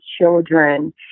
children